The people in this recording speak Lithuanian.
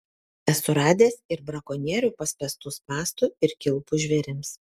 esu radęs ir brakonierių paspęstų spąstų ir kilpų žvėrims